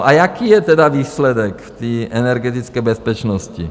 A jaký je tedy výsledek v energetické bezpečnosti?